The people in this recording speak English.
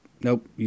Nope